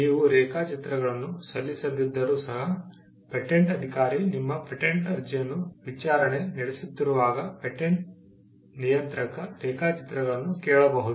ನೀವು ರೇಖಾಚಿತ್ರಗಳನ್ನು ಸಲ್ಲಿಸದಿದ್ದರೂ ಸಹ ಪೇಟೆಂಟ್ ಅಧಿಕಾರಿ ನಿಮ್ಮ ಪೇಟೆಂಟ್ ಅರ್ಜಿಯನ್ನು ವಿಚಾರಣೆ ನಡೆಸುತ್ತಿರುವಾಗ ಪೇಟೆಂಟ್ ನಿಯಂತ್ರಕ ರೇಖಾಚಿತ್ರಗಳನ್ನು ಕೇಳಬಹುದು